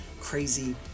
crazy